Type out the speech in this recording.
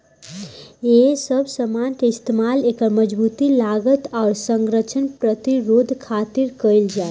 ए सब समान के इस्तमाल एकर मजबूती, लागत, आउर संरक्षण प्रतिरोध खातिर कईल जाला